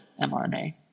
mRNA